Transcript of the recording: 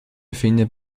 findet